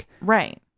Right